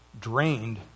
drained